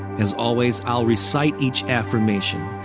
as always, i'll recite each affirmation,